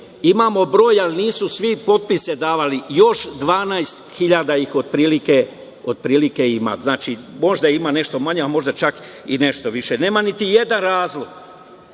imamo broj, ali nisu svi potpise davali, još 12.000 otprilike ima. Znači, možda ima nešto manje, a možda čak i nešto više. Nema niti jedan razlog